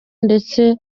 ndetse